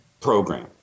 Program